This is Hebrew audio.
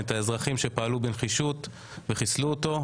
את האזרחים שפעלו בנחישות וחיסלו אותו.